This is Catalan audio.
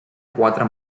quatre